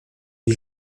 die